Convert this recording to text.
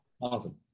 awesome